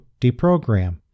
Deprogram